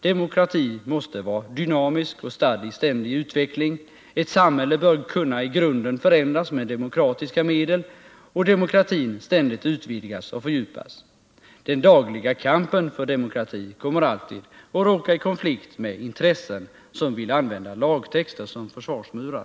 Demokrati måste vara dynamisk och stadd i ständig utveckling. Ett samhälle bör kunna i grunden förändras med demokratiska medel, och demokratin bör ständigt utvidgas och fördjupas. Den dagliga kampen för demokrati kommer alltid att råka i konflikt med intressen som vill använda lagtexter som försvarsmurar.